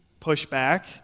pushback